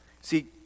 See